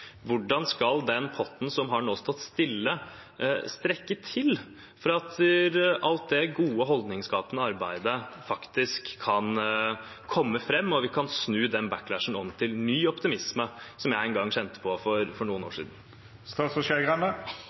hvordan skal den potten som nå har stått stille, strekke til for at alt det gode, holdningsskapende arbeidet faktisk kan komme fram, slik at vi kan snu den backlashen om til ny optimisme, som jeg kjente på for noen år